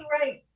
right